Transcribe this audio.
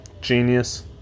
genius